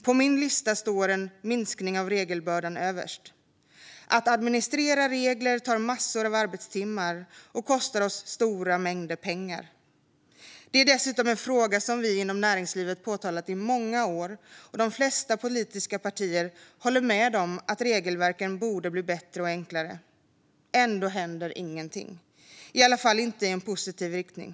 På min lista står en minskning av regelbördan överst. Att administrera regler tar massor av arbetstimmar och kostar oss stora mängder pengar." Hon fortsätter: "Detta är dessutom en fråga som vi inom näringslivet påtalat i många år och de flesta politiska partier håller med om att regelverken borde bli bättre och enklare. Ändå händer ingenting, i alla fall inte i en positiv riktning."